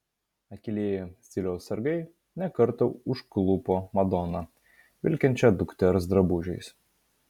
akylieji stiliaus sargai ne kartą užklupo madoną vilkinčią dukters drabužiais